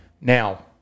Now